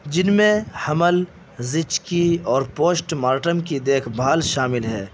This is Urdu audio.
جن میں حمل زچگی اور پوسٹ مارٹم کی دیکھ بھال شامل ہے